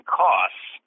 costs